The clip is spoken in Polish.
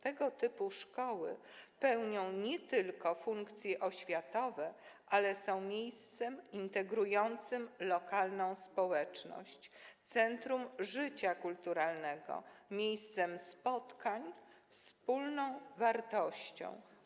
Tego typu szkoły pełnią nie tylko funkcje oświatowe, ale są miejscem integrującym lokalną społeczność, centrum życia kulturalnego, miejscem spotkań, wspólną wartością.